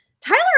Tyler